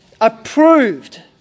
approved